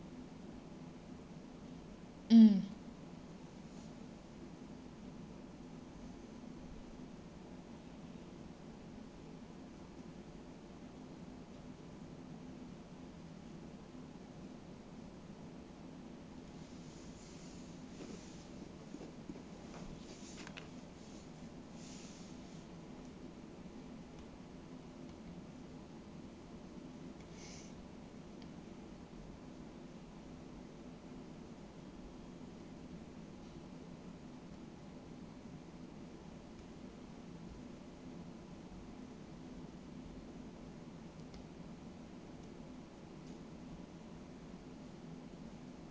mm